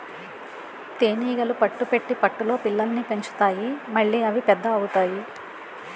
తేనీగలు పట్టు పెట్టి పట్టులో పిల్లల్ని పెంచుతాయి మళ్లీ అవి పెద్ద అవుతాయి